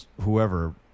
whoever